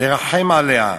לרחם עליה,